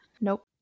Nope